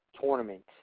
tournament